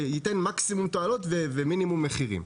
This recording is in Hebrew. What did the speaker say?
שייתן מקסימום תועלות ומינימום מחירים.